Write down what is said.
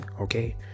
okay